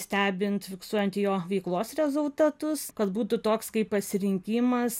stebint fiksuojant jo veiklos rezultatus kad būtų toks kaip pasirinkimas